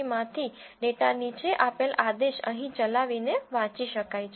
csv માંથી data નીચે આપેલ આદેશ અહીં ચલાવીને વાંચી શકાય છે